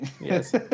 Yes